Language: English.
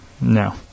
No